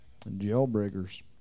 Jailbreakers